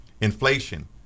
Inflation